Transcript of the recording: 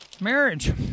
Marriage